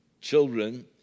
children